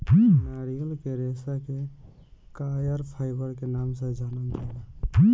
नारियल के रेशा के कॉयर फाइबर के नाम से जानल जाला